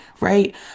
right